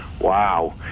Wow